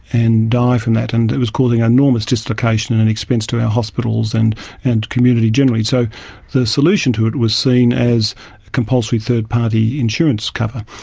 and die from that. and it was causing enormous dislocation and and expense to our hospitals and and community generally. so the solution to it was seen as compulsory third-party insurance cover.